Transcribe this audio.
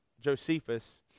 Josephus